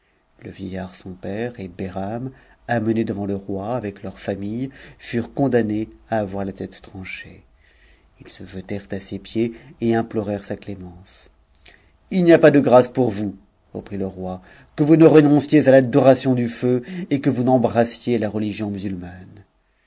le vieillard son pèreetbehram amenés devant le roi avec leurs familles furent condamnés à avoir la tête tranchée ils se jetèrent à ses pieds et implorèrent sa clémence h n'y a pas de grâce pour vous reprit le roi que vous ne renonciez à l'adoration du feu et que vous n'embrassiez la religion musulmane